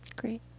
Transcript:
Great